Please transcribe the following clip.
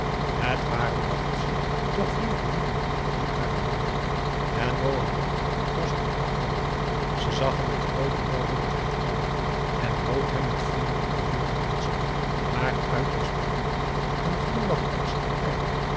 het waren dacht ze toch flinke lieden die arabieren en mohamed was een knap man ze zag hem met groote welwillendheid aan en bood hem met vriendelijke woorden een stoel maar uiterst beleefd en glimlachend als altijd